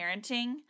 parenting